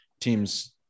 teams